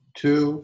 two